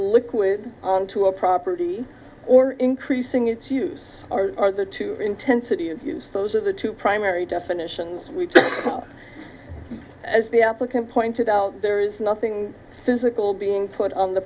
liquid onto a property or increasing its use are the two intensity of use those are the two primary definitions as the applicant pointed out there is nothing physical being put on the